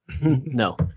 No